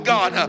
God